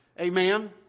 Amen